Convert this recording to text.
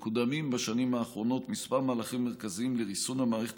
מקודמים בשנים האחרונות כמה מהלכים מרכזיים לריסון המערכת